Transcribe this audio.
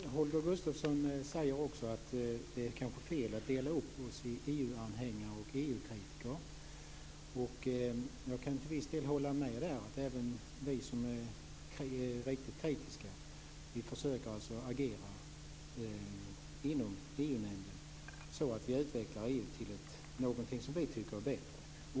Herr talman! Nu har vi fått höra kristdemokraternas valprogram inför EU-valet. Det var intressant. Holger Gustafsson säger också att det kanske är fel att dela upp oss i EU-anhängare och EU-kritiker. Jag kan till viss del hålla med. Även vi som är riktigt kritiska försöker agera inom EU-nämnden så att EU skall utvecklas till någonting som vi tycker är bättre.